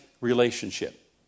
relationship